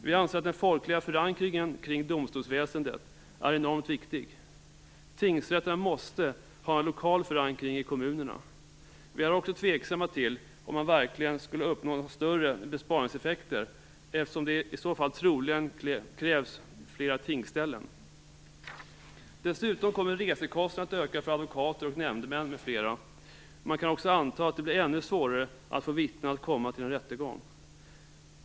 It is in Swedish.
Vi anser att den folkliga förankringen kring domstolsväsendet är enormt viktig. Tingsrätterna måste ha en lokal förankring i kommunerna. Vi är också tveksamma till att man verkligen skulle uppnå några större besparingseffekter, eftersom det i så fall troligen skulle kräva fler tingsställen. Dessutom kommer resekostnaderna att öka för advokater och nämndemän m.fl. Man kan också anta att det blir ännu svårare att få vittnen att komma till en rättegång.